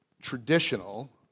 traditional